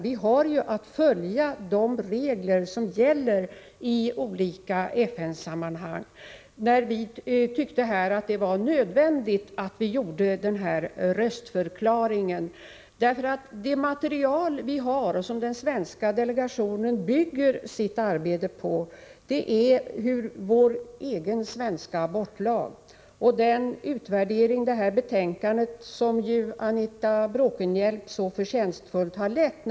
Vi har att följa de regler som gäller i olika FN-sammanhang. Vi tyckte emellertid att det var nödvändigt att göra denna röstförklaring. Det material som den svenska delegationen bygger sitt arbete på är vår egen svenska abortlag samt den utvärdering av abortkommitténs betänkande som Anita Bråkenhielm så förtjänstfullt har lett.